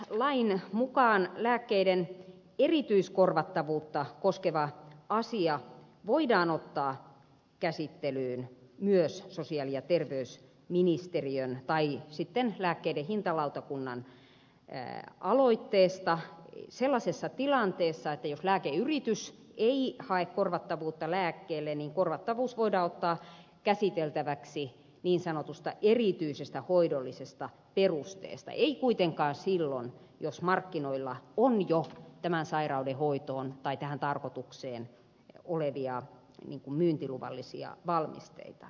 sairausvakuutuslain mukaan lääkkeiden erityiskorvattavuutta koskeva asia voidaan ottaa käsittelyyn myös sosiaali ja terveysministeriön tai sitten lääkkeiden hintalautakunnan aloitteesta sellaisessa tilanteessa että jos lääkeyritys ei hae korvattavuutta lääkkeelle niin korvattavuus voidaan ottaa käsiteltäväksi niin sanotusta erityisestä hoidollisesta perusteesta ei kuitenkaan silloin jos markkinoilla on jo tämän sairauden hoitoon tai tähän tarkoitukseen olevia myyntiluvallisia valmisteita